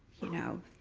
you know,